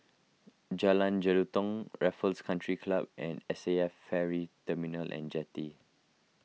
Jalan Jelutong Raffles Country Club and S A F Ferry Terminal and Jetty